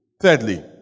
Thirdly